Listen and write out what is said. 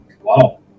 Wow